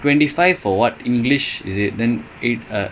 no no twenty five